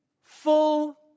full